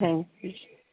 thank you ਜੀ